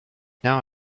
now